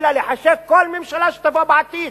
אלא לחשק כל ממשלה שתבוא בעתיד.